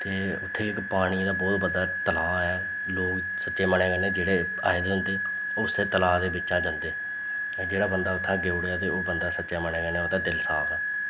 ते उत्थें इक पानी दा बोह्त बड्डा तलाऽ ऐ लोग सच्चे मनै कन्नै जेह्ड़े आए दे होंदे ओह् उस्सै तलाऽ दे बिच्चा जंदे जेह्ड़ा बंदा उत्थें देई ओड़ेआ ओह् बंदा सच्चा मनै कन्नै ओह्दा दिल साफ ऐ